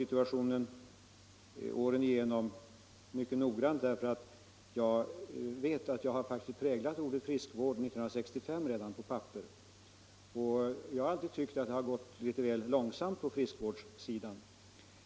Jag har under årens lopp mycket noggrant följt situationen på friskvårdens område — jag var den som redan 1965 präglade ordet ”friskvård”. Jag har alltid tyckt att det gått väl långsamt på friskvårdssidan.